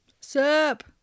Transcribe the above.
Sup